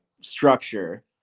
structure